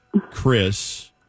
Chris